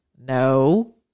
No